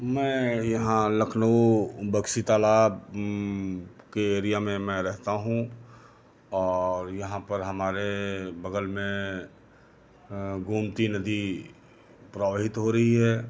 मैं यहाँ लखनऊ बक्शी तालाब के एरिया में मैं रहता हूँ और यहाँ पर हमारे बगल में गोमती नदी प्रवहित हो रही है